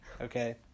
okay